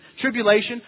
tribulation